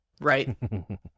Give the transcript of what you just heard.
right